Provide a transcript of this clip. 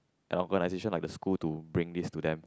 an organisation like a school to bring this to them